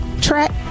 track